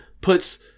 puts